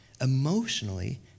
emotionally